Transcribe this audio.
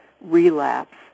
relapse